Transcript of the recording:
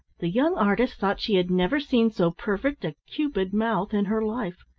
the young artist thought she had never seen so perfect a cupid mouth in her life.